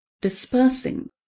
dispersing